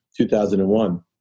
2001